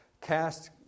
cast